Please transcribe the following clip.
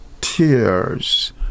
tears